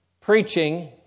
preaching